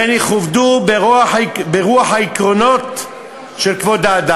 והן יכובדו ברוח העקרונות של כבוד האדם.